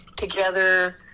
Together